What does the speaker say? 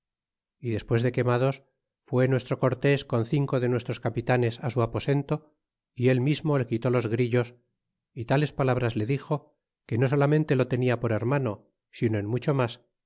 y despues de quemados fue nuestro cortés con cinco de nuestros capitanes su aposento y él mismo le quitó los grillos y tales palabras le dixo que no solamente lo tenia por hermano sino en mucho mas